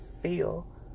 feel